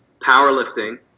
powerlifting